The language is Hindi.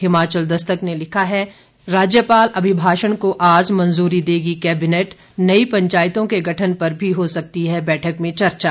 हिमाचल दस्तक ने लिखा है राज्यपाल अभिभाषण को आज मंजूरी देगी कैबिनेट नई पंचायतों के गठन पर भी हो सकती है बैठक में चर्चा